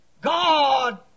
God